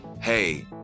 Hey